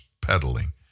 peddling